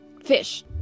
fish